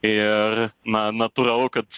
ir na natūralu kad